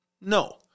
No